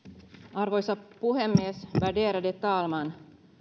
arvoisa puhemies värderade talman